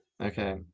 okay